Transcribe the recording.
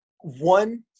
one